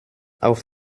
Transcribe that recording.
auf